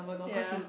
yea